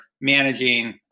managing